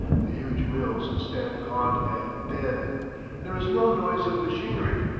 the huge mills stand gaunt and dead there is no noise of machinery,